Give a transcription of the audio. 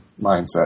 mindset